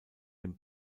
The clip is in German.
dem